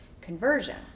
conversion